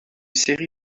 série